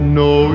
no